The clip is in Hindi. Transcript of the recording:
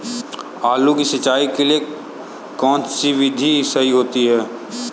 आलू की सिंचाई के लिए कौन सी विधि सही होती है?